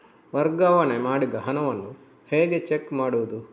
ವರ್ಗಾವಣೆ ಮಾಡಿದ ಹಣವನ್ನು ಹೇಗೆ ಚೆಕ್ ಮಾಡುವುದು?